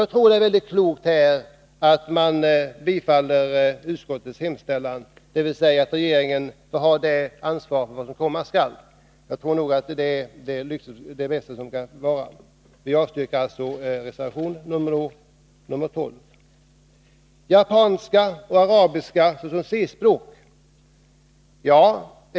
Jag tror att det är klokt att i den här frågan bifalla utskottets hemställan, dvs. att ge regeringen ansvaret för de åtgärder som skall vidtas. Utskottet har avstyrkt de krav som framförs i reservation 12. Japanska och arabiska såsom C-språk har behandlats i reservation 13.